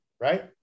Right